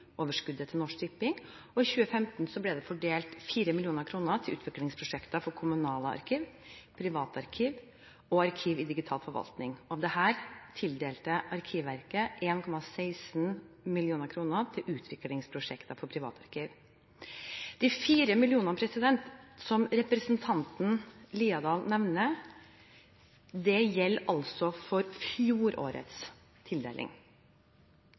til Norsk Tipping. I 2015 ble det fordelt 4 mill. kr til utviklingsprosjekter for kommunale arkiv, privatarkiv og arkiv i digital forvaltning. Av dette tildelte Arkivverket 1,6 mill. kr til utviklingsprosjekter for privatarkiv. De 4 mill. kr som representanten Haukeland Liadal nevner, gjelder altså fjorårets tildeling.